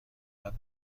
قیمت